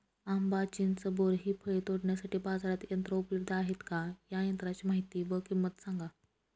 आंबा, चिंच, बोर हि फळे तोडण्यासाठी बाजारात यंत्र उपलब्ध आहेत का? या यंत्रांची माहिती व किंमत सांगा?